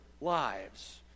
lives